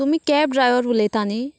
तुमी cab driver उलयतात न्ही